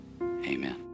amen